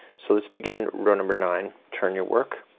so let's begin row number nine. turn your work